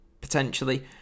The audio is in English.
potentially